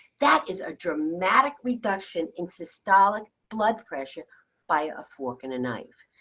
that is a dramatic reduction in systolic blood pressure by a fork and a knife.